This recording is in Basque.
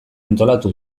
antolatu